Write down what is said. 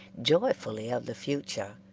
joyfully of the future,